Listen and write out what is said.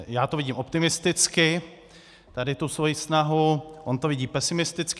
Já to vidím optimisticky, tady tu svoji snahu, on to vidí pesimisticky.